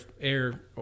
air